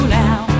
now